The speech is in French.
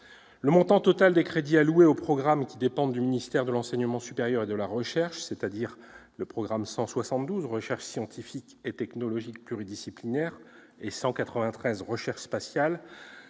Le montant total des crédits alloués aux programmes qui dépendent du ministère de l'enseignement supérieur et de la recherche, c'est-à-dire les programmes 172, « Recherches scientifiques et technologiques pluridisciplinaires » et 193, « Recherche spatiale